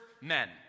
men